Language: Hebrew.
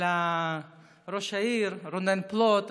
על ראש העיר רונן פלוט,